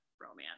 romance